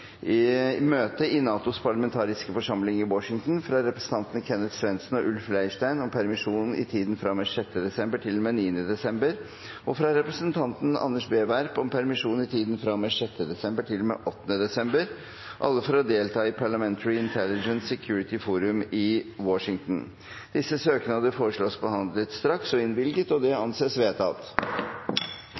i NATOs parlamentariske forsamling i Washington fra representantene Kenneth Svendsen og Ulf Leirstein om permisjon i tiden fra og med 6. desember til og med 9. desember og fra representanten Anders B. Werp om permisjon i tiden fra og med 6. desember til og med 8. desember – alle for å delta i Parliamentary Intelligence Security Forum i Washington Disse søknader foreslås behandlet straks og innvilget. – Det anses vedtatt.